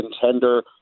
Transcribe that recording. contender